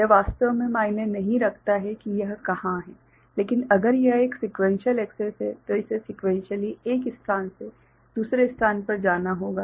यह वास्तव में मायने नहीं रखता है कि यह कहां है लेकिन अगर यह एक सीक्वेंशियल एक्सैस है तो इसे सीक्वेंशियली एक स्थान से दूसरे स्थान पर जाना होगा